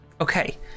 Okay